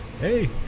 Hey